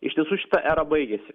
iš tiesų šita era baigėsi